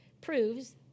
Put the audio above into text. proves